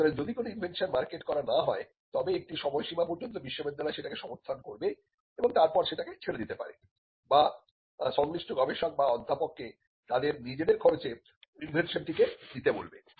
সুতরাং যদি কোন ইনভেনশন মার্কেট করা না হয় তবে একটি সময়সীমা পর্যন্ত বিশ্ববিদ্যালয় সেটাকে সমর্থন করবে এবং তারপরে সেটাকে ছেড়ে দিতে পারে বা সংশ্লিষ্ট গবেষক বা অধ্যাপককে তাদের নিজের খরচে ইনভেনশনটিকে নিতে বলবে